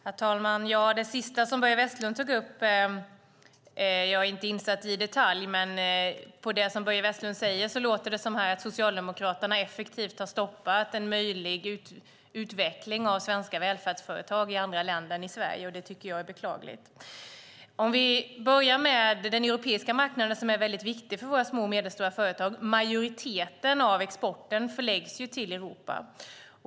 Herr talman! Jag är inte insatt i detalj i det sista Börje Vestlund tog upp, men att döma av det Börje Vestlund säger låter det som att Socialdemokraterna effektivt har stoppat en möjlig utveckling av svenska välfärdsföretag i andra länder än i Sverige. Det är beklagligt. Den europeiska marknaden är väldigt viktig för våra små och medelstora företag. Majoriteten av exporten förläggs till Europa.